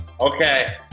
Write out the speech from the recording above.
Okay